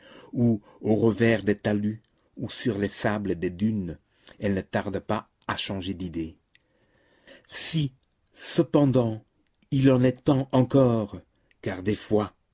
ou au revers des talus ou sur les sables des dunes elle ne tarde pas à changer d'idée si cependant il en est temps encore car des fois